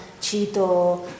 cito